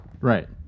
Right